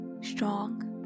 strong